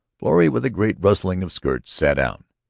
florrie with a great rustling of skirts sat down.